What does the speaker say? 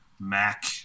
Mac